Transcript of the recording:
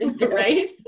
right